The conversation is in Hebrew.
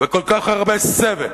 וכל כך הרבה סבל,